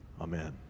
Amen